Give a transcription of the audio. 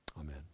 Amen